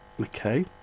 Okay